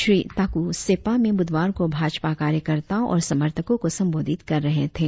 श्री ताकू सेप्पा में बुधवार को भाजपा कार्यकर्ताओं और समर्थको को संबोधित कर रहे थे